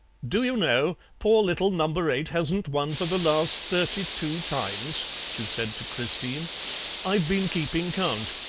do you know, poor little number eight hasn't won for the last thirty-two times she said to christine i've been keeping count.